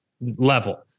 level